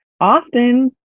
often